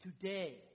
Today